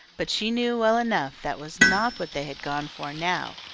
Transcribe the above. but she knew well enough that was not what they had gone for now,